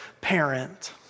parent